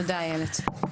תודה איילת.